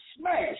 smash